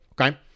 okay